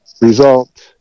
result